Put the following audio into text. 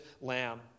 lamb